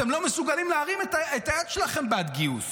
אתם לא מסוגלים להרים את היד שלכם בעד גיוס.